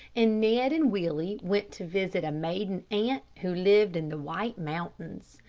and ned and willie went to visit a maiden aunt who lived in the white mountains.